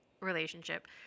relationship